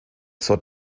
zur